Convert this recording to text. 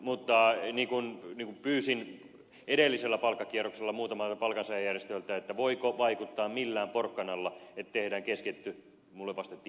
mutta kun pyysin edellisellä palkkakierroksella muutamalta palkansaajajärjestöltä että voiko vaikuttaa millään porkkanalla että tehdään keskitetty minulle vastattiin